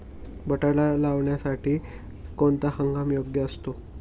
बटाटा लावण्यासाठी कोणता हंगाम योग्य असतो?